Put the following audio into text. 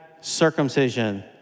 circumcision